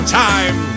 time